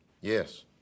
Yes